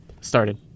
Started